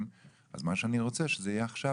אז אני רוצה שזה יהיה עכשיו,